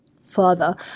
Further